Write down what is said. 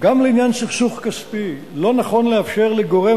"גם לעניין סכסוך כספי לא נכון לאפשר לגורם